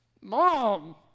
mom